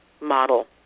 model